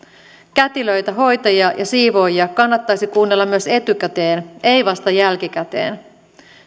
kätilöitä hoitajia ja siivoajia kannattaisi kuunnella myös etukäteen ei vasta jälkikäteen